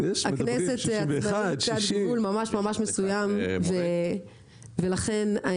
הכנסת --- עד גבול ממש ממש מסוים ולכן אני